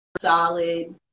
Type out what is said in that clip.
solid